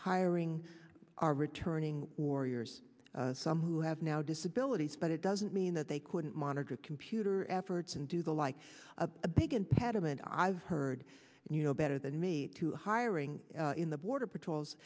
hiring our returning warriors some who have now disabilities but it doesn't mean that they couldn't monitor computer efforts and do the like a big and pediment i've heard you know better than me to hiring in the border patrol